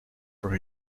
for